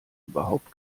überhaupt